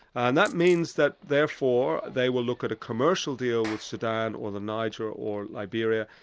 and that means that therefore they will look at a commercial deal with sudan or the niger or liberia,